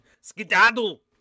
skedaddle